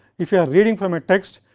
if you are reading from a text,